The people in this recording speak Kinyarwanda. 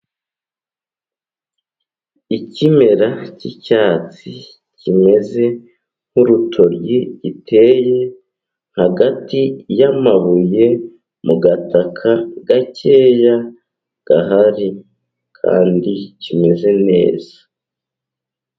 Ikimera cyicyatsi kimeze nk'urutoryi, giteye hagati y'amabuye mu gataka gakeya gahari, kandi kimeze neza.